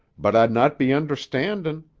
but i'd not be understandin'.